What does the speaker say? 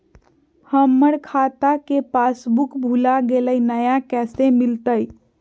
हमर खाता के पासबुक भुला गेलई, नया कैसे मिलतई?